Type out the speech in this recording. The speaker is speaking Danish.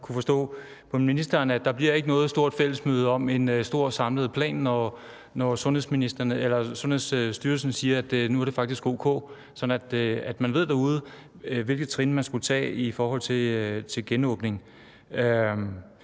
at der ikke bliver noget stort fællesmøde om en stor samlet plan for det, når Sundhedsstyrelsen siger, at det faktisk er o.k., så man ved derude, hvilke trin man skal tage i forbindelse med en genåbning.